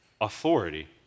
authority